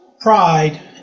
pride